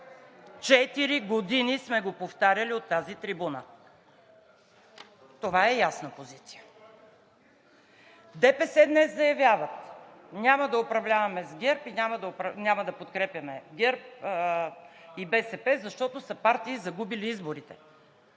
Четири години сме го повтаряли от тази трибуна, това е ясна позиция. ДПС днес заявяват: „Няма да управляваме с ГЕРБ и няма да подкрепяме ГЕРБ и БСП, защото са партии, загубили изборите.“